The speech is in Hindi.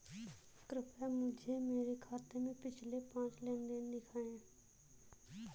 कृपया मुझे मेरे खाते से पिछले पांच लेन देन दिखाएं